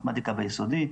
מתמטיקה ביסודי,